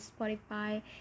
Spotify